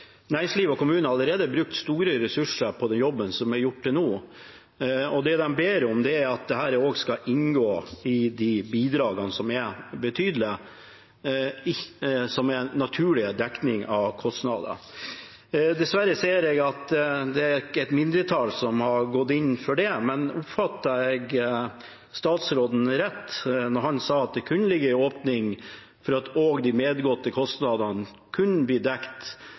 Næringslivet og kommunen har allerede brukt store ressurser på den jobben som er gjort til nå, og det de ber om, er at dette også skal inngå i de bidragene som er betydelige, og som er en naturlig dekning av kostnader. Dessverre ser jeg at det er et mindretall som har gått inn for det, men oppfatter jeg statsråden rett når han sa at det kunne ligge en åpning for at også de medgåtte kostnadene kunne bli